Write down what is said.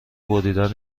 بریدن